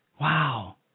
Wow